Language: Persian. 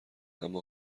اما